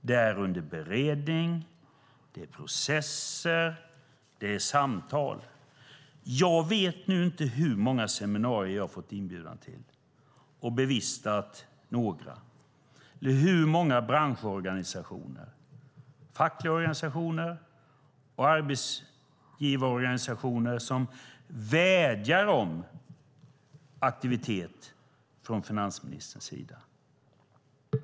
Det är under beredning, det är processer, det är samtal. Jag vet inte hur många seminarier jag har fått inbjudan till och bevistat, några av dem, eller hur många branschorganisationer, fackliga organisationer och arbetsgivarorganisationer som vädjar om aktivitet från finansministern.